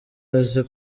azi